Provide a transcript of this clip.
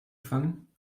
fangen